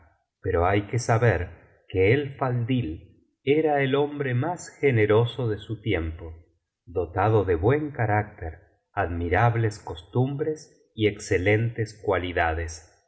pero hay que saber que el faldl era el hombre más generoso de su tiempo dotado de buen carácter admirables costumbres y excelentes cualidades